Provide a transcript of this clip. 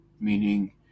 Meaning